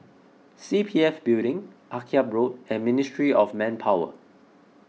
C P F Building Akyab Road and Ministry of Manpower